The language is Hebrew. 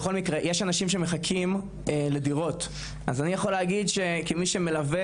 אנשים שמחכים לדירות אז אני יכול להגיד כמי שמלווה